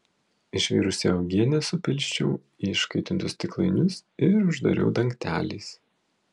išvirusią uogienę supilsčiau į iškaitintus stiklainius ir uždariau dangteliais